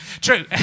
True